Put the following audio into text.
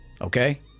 okay